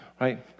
right